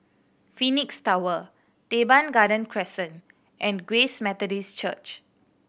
Phoenix Tower Teban Garden Crescent and Grace Methodist Church